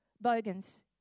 Bogans